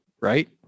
right